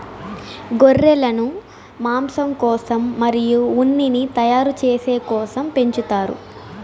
గొర్రెలను మాంసం కోసం మరియు ఉన్నిని తయారు చేసే కోసం పెంచుతారు